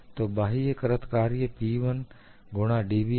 तो बाह्य कृत कार्य P1 गुणा dv है